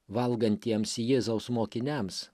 valgantiems jėzaus mokiniams